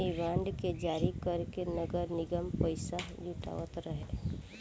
इ बांड के जारी करके नगर निगम पईसा जुटावत हवे